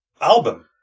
album